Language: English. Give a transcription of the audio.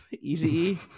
easy